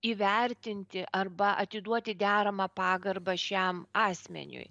įvertinti arba atiduoti deramą pagarbą šiam asmeniui